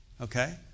Okay